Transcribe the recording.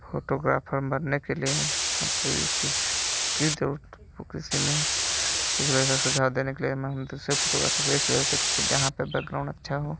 photographer बनने के लिए हमको ये किस किसी ने इस वजह से सुझाव देने के लिए से फोटोग्राफर को इस वजह से की क जहाँ पे बैकग्राउंड अच्छा हो